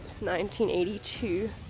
1982